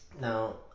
Now